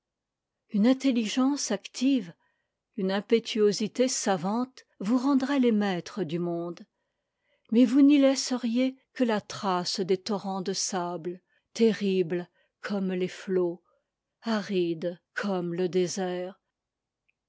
une intelligence active une impétuosité savante vous renci draient les maîtres du monde mais vous n'y laisseriez que la trace des torrents de sable ter ribles comme les flots arides comme le désert